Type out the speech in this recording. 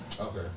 Okay